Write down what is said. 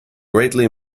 greatly